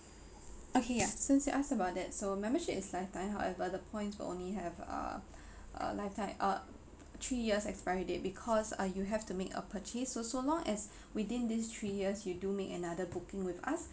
okay since you asked about that so membership is lifetime however the points will only have err a lifetime uh three years expiry date because uh you have to make a purchase so so long as within these three years you do make another booking with us